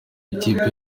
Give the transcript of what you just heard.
ikipe